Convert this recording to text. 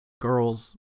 girls